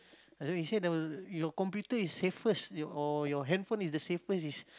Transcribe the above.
you say the your computer is safest y~ or your handphone is the safest is